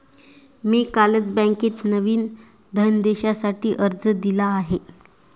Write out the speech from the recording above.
मी कालच बँकेत नवीन धनदेशासाठी अर्ज दिला आहे